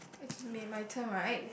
it's me and my turn right